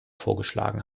vorgeschlagen